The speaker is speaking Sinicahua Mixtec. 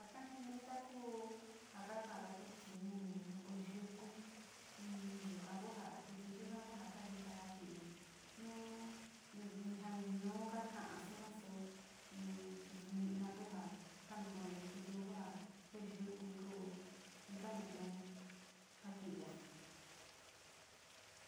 Ja ka jinida ku ja taka´ado kutinumiun o yukui nyuka ku ja kiti yaka ku jo ka jika ja ki´ivi nu ni jaa ñuu kaka´a suga so ni kiti ni´ina ku ja kanukuu kitiu ku jaa ku yukui, ku ja ka nukuunu ja ki´via.